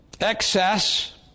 Excess